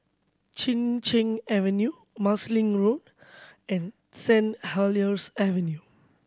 Chin Cheng Avenue Marsiling Road and Saint Helier's Avenue